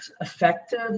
effective